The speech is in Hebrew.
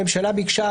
הממשלה ביקשה,